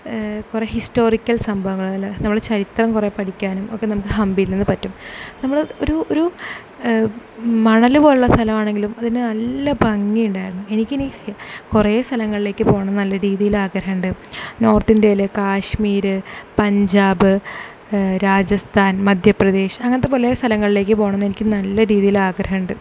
കുറേ ഹിസ്റ്റോറിക്കൽ സംഭവങ്ങൾ നമ്മൾ ചരിത്രം കുറേ പഠിക്കാനും ഒക്കെ നമുക്ക് ഹംപിയിൽനിന്ന് പറ്റും നമ്മൾ ഒരു ഒരു മണലുപോലുള്ള സ്ഥലവാണെങ്കിലും അതിന് നല്ല ഭംഗിയുണ്ടായിരുന്നു എനിക്ക് ഇനി കുറേ സ്ഥലങ്ങളിലേക്ക് പോവണം എന്ന് നല്ല രീതിയിൽ ആഗ്രഹം ഉണ്ട് നോർത്ത് ഇന്ത്യയിൽ കാശ്മീർ പഞ്ചാബ് രാജസ്ഥാൻ മധ്യ പ്രദേശ് അങ്ങനത്തെ പല സ്ഥലങ്ങളിലേക്ക് പോവണം എന്ന് എനിക്ക് നല്ല രീതിയിൽ ആഗ്രഹം ഉണ്ട്